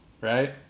right